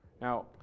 Now